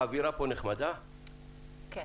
האווירה פה נחמדה, נכון?